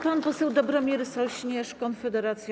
Pan poseł Dobromir Sośnierz, Konfederacja.